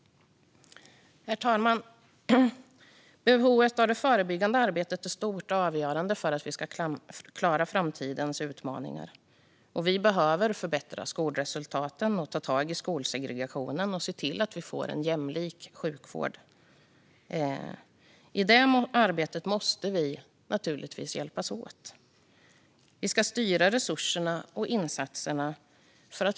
Herr talman! Behovet av förebyggande arbete är stort, och detta arbete är avgörande för att vi ska klara framtidens utmaningar. Vi behöver förbättra skolresultaten, ta tag i skolsegregationen och se till att vi får en jämlik sjukvård. I det arbetet måste vi naturligtvis hjälpas åt. Vi ska styra resurserna och insatserna.